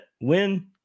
win